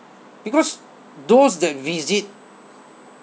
because those that visit